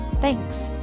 thanks